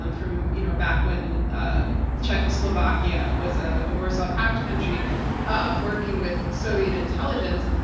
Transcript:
um from you know back when czechoslovakia was a warsaw pact country working with soviet intelligence.